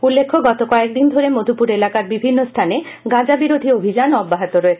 উল্লেখ্য গত কয়েকদিন ধরে মধুপুর এলাকার বিভিন্ন স্হানে গাঁজা বিরোধী অভিযান অব্যাহত রয়েছে